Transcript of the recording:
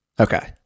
Okay